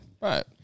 Right